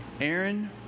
Aaron